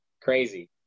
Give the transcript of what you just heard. crazy